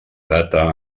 data